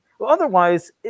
Otherwise